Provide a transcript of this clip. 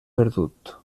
perdut